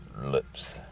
lips